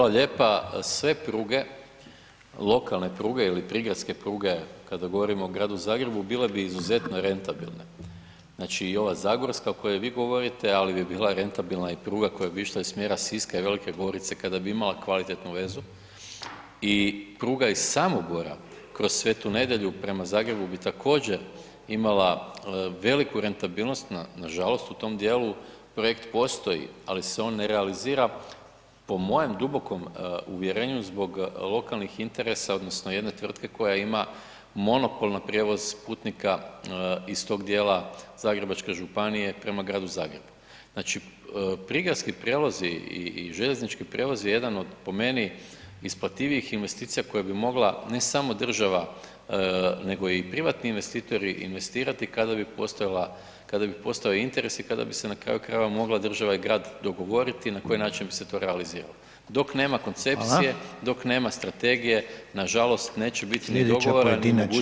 Hvala lijepa, sve pruge, lokalne pruge ili prigradske pruge kada govorimo o Gradu Zagrebu bile bi izuzetno rentabilne, znači i ova zagorska o kojoj vi govorite, ali bi bila rentabilna i pruga koja bi išla iz smjera Siska i Velike Gorice kada bi imali kvalitetnu vezu i pruga iz Samobora kroz Svetu Nedelju prema Zagrebu bi također imala veliku rentabilnost, nažalost u tom dijelu projekt postoji, ali se on ne realizira, po mojem dubokom uvjernju zbog lokalnih interesa odnosno jedne tvrtke koja ima monopol na prijevoz putnika iz tog dijela Zagrebačke županije prema Gradu Zagrebu, znači prigradski prijevozi i željeznički prijevoz je jedan od po meni isplativijih investicija koje bi mogla ne samo država, nego i privatni investitori investirati kada bi postojala, kada bi postojao interes i kada bi se na kraju krajeva mogla država i grad dogovoriti na koji način bi se to realizirati, dok nema koncepcije [[Upadica: Hvala]] , dok nema strategije, nažalost neće biti [[Upadica: Slijedeća pojedinačna rasprava biti će poštovane zastupnice…]] ni dogovora, ni mogućnosti da se, da se u to investira.